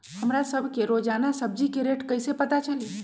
हमरा सब के रोजान सब्जी के रेट कईसे पता चली?